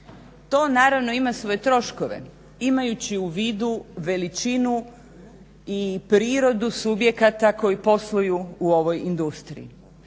To naravno ima svoje troškove imajući u vidu veličinu i prirodu subjekata koji posluju u ovoj industriji,